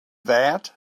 that